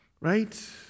right